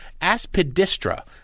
Aspidistra